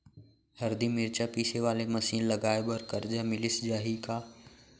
हरदी, मिरचा पीसे वाले मशीन लगाए बर करजा मिलिस जाही का?